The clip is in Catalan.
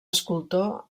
escultor